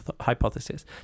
hypothesis